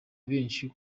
benshi